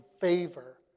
favor